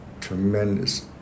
tremendous